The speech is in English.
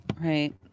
Right